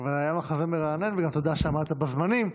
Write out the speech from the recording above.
אבל היה מחזה מרענן, וגם תודה שעמדת בזמנים.